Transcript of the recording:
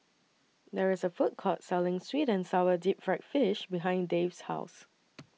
There IS A Food Court Selling Sweet and Sour Deep Fried Fish behind Dave's House